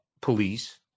police